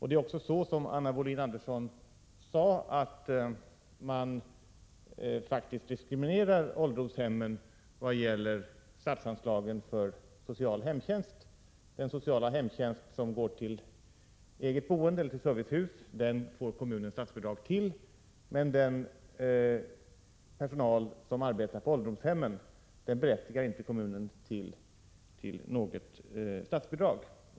Det är också så, som Anna Wohlin-Andersson sade, att man faktiskt diskriminerar ålderdomshemmen vad gäller statsanslagen för social hemtjänst. Den sociala hemtjänst som går till eget boende eller till servicehus får kommunen statsbidrag för, men den personal som arbetar på ålderdomshem berättigar inte kommunen till något statsbidrag.